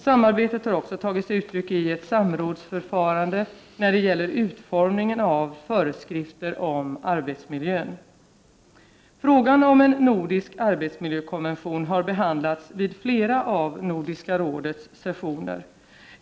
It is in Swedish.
Samarbetet har också tagit sig uttryck i ett samrådsförfarande när det gäller utformningen av föreskrifter om arbetsmiljön. Frågan om en nordisk arbetsmiljökonvention har behandlats vid flera av Nordiska rådets sessioner.